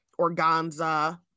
organza